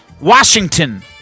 Washington